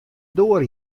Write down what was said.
doar